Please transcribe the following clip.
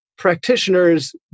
practitioners